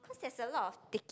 cause there's a lot ticket